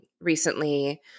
recently